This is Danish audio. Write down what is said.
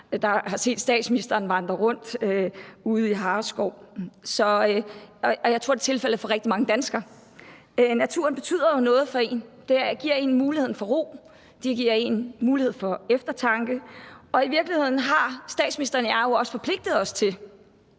de har set statsministeren vandre rundt ude i Hareskoven. Naturen betyder jo noget for en. Den giver en mulighed for ro, den giver en mulighed for eftertanke, og i virkeligheden har statsministeren og jeg jo også forpligtet os til